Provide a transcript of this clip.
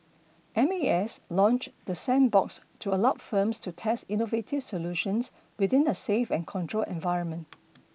M A S launched the sandbox to allow firms to test innovative solutions within a safe and controlled environment